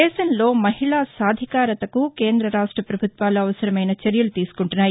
దేశంలో మహిళా సాధికారతకు కేంద్ర రాష్ట పభుత్వాలు అవసరమైన చర్యలు తీసుకుంటున్నాయి